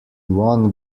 won